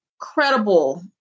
credible